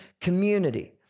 community